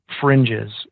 fringes